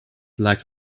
like